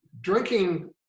drinking